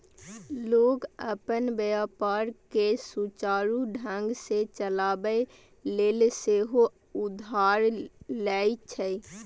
लोग अपन व्यापार कें सुचारू ढंग सं चलाबै लेल सेहो उधार लए छै